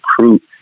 recruit